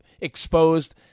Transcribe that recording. exposed